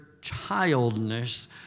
Childness